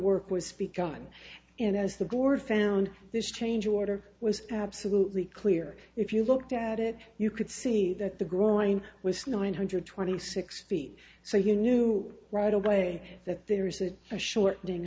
work was speak on and as the board found this change order was absolutely clear if you looked at it you could see that the growing was nine hundred twenty six feet so you knew right away that there is a a short